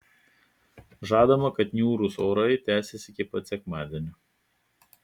žadama kad niūrūs orai tęsis iki pat sekmadienio